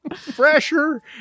fresher